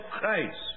Christ